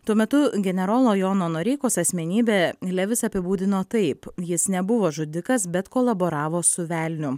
tuo metu generolo jono noreikos asmenybę levis apibūdino taip jis nebuvo žudikas bet kolaboravo su velniu